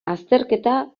azterketa